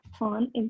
on